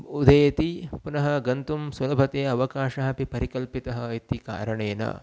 उदेति पुनः गन्तुं सुलभतया अवकाशः अपि परिकल्पितः इति कारणेन